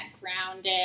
grounded